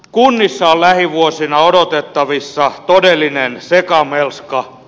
kunnissa on lähivuosina odotettavissa todellinen sekamelska